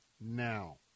now